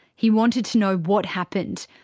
he wanted to know what happened,